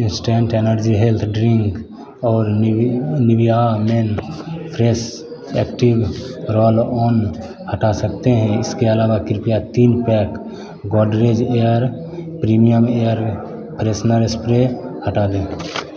instant energy health drink और Nivea men fresh active roll on हटा सकते हैं इसके अलावा कृपया तीन pack Godrej air premium air freshener spray को हटा दें